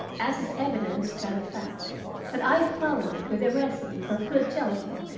as is evidenced by the fact that i follow it with a recipe for fruit gelatin,